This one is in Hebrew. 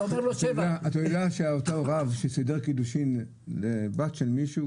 אתה יודע שיצאה הוראה שסדרי הקידושין בת של מישהו,